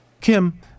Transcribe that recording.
Kim